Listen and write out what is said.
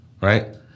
right